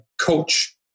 coach